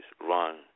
run